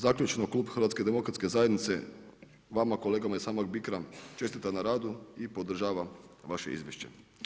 Zaključno, Klub HDZ-a vama kolegama iz HAMAG Bicra čestita na radu i podržava vaše izvješće.